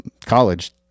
college